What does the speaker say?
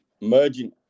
merging